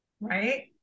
right